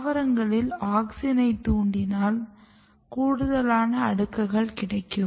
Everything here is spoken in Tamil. தாவரங்களில் ஆக்ஸினை தூண்டினால் கூடுதலான அடுக்குகள் கிடைக்கும்